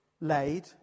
laid